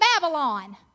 Babylon